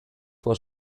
was